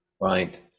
Right